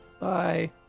Bye